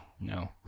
No